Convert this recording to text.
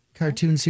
Cartoon